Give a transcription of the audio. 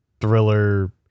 thriller